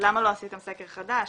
למה לא עשיתם סקר חדש?